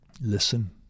listen